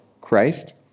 Christ